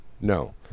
No